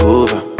over